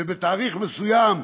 ובתאריך מסוים,